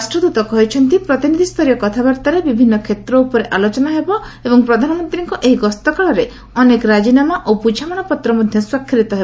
ରାଷ୍ଟ୍ରଦତ କହିଛନ୍ତି ପ୍ରତିନିଧିସ୍ତରୀୟ କଥାବାର୍ତ୍ତାରେ ବିଭିନ୍ନ କ୍ଷେତ୍ର ଉପରେ ଆଲୋଚନା ହେବ ଏବଂ ପ୍ରଧାନମନ୍ତ୍ରୀଙ୍କ ଏହି ଗସ୍ତ କାଳରେ ଅନେକ ରାଜିନାମା ଓ ବ୍ରଝାମଶାପତ୍ର ମଧ୍ୟ ସ୍ୱାକ୍ଷରିତ ହେବ